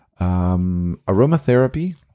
aromatherapy